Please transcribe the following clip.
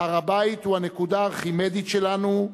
הר-הבית הוא הנקודה הארכימדית שלנו,